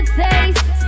taste